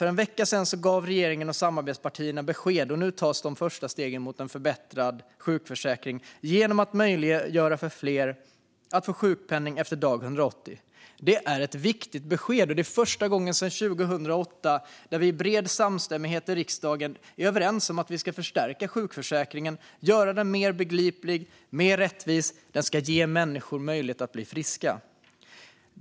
För en vecka sedan gav regeringen och samarbetspartierna besked, och nu tas de första stegen mot en förbättrad sjukförsäkring genom att man möjliggör för fler att få sjukpenning efter dag 180. Det är ett viktigt besked, och det är första gången sedan 2008 som vi i bred samstämmighet i riksdagen är överens om att vi ska förstärka sjukförsäkringen, göra den mer begriplig och rättvis. Den ska ge människor möjlighet att bli friska.